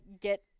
get